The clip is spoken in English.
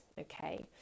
Okay